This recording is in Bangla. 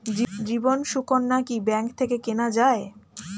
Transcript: জীবন সুকন্যা কি ব্যাংক থেকে কেনা যায়?